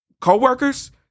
co-workers